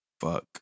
Fuck